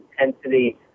intensity